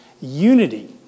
unity